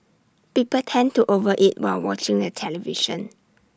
people tend to over eat while watching the television